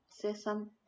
sa~ some